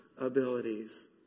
abilities